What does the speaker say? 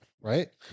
Right